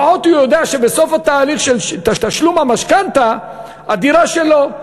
לפחות הוא יודע שבסוף התהליך של תשלום המשכנתה הדירה שלו.